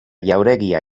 jauregia